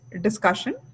discussion